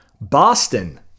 Boston